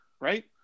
right